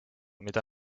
mida